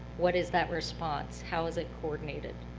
what is that response? how is it coordinated,